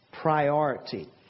priority